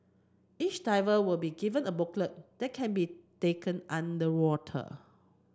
each diver will be given a booklet that can be taken underwater